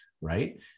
right